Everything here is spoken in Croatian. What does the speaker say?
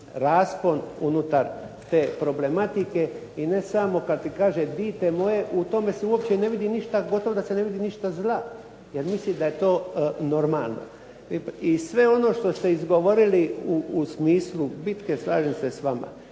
raspon unutar te problematike i ne samo kad ti kaže dite moje u tome gotovo da se ne vidi ništa zla jer mislim da je to normalno. I sve ono što ste izgovorili u smislu bitke slažem se s vama.